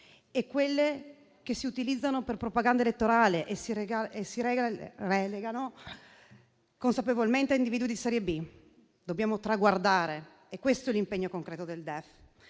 B, quelle che si utilizzano per propaganda elettorale e si relegano consapevolmente a individui di serie B. Dobbiamo traguardare - e questo è l'impegno concreto del DEF